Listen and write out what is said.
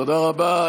תודה רבה.